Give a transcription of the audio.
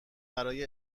برای